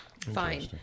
Fine